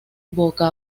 boca